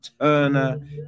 Turner